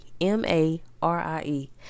M-A-R-I-E